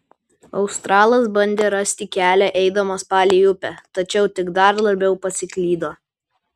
australas bandė rasti kelią eidamas palei upę tačiau tik dar labiau pasiklydo